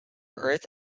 earth